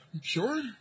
Sure